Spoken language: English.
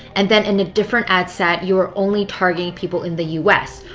and then in a different ad set, you are only targeting people in the us.